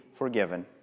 forgiven